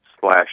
slash